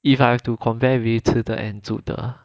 if I have to compare with 吃的 and 住的